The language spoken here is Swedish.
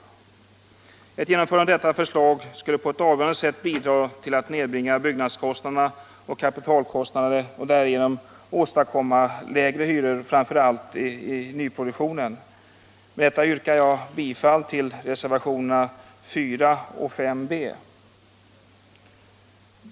Ett genomförande av detta förslag skulle på ett avgörande sätt bidra till att nedbringa byggnadskostnaderna och kapitalkostnaderna och därigenom åstadkomma lägre hyror i framför allt nyproduktionen. Med detta yrkar jag bifall till reservationerna 4 och 5 b vid civilutskottets betänkande nr 22.